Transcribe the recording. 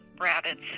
rabbits